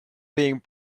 being